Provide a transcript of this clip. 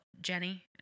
jenny